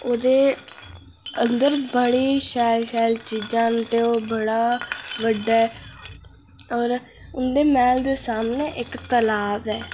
ओह्दे अंदर बड़ी शैल शैल चीज़ां न ते ओह् बड़ा बड्डा ऐ होर उंदे मैह्ल दे सामनै इक्क तालाब ऐ